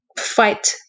fight